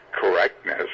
correctness